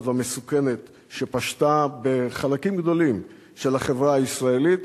והמסוכנת פשתה בחלקים גדולים של החברה הישראלית,